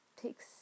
takes